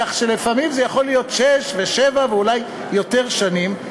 כך שלפעמים זה יכול להיות שש ושבע ואולי יותר שנים,